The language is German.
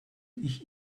ich